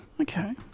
Okay